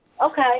Okay